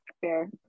fair